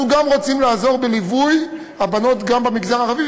אנחנו רוצים לעזור בליווי הבנות גם במגזר הערבי,